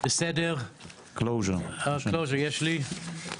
יש לי,